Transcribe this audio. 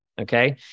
Okay